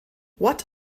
what